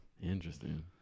Interesting